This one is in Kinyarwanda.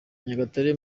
nyagatare